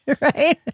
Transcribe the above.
right